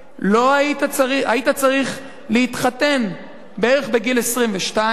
היית צריך להתחתן בערך בגיל 22,